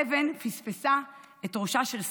האבן פספסה את ראשה של סבתא,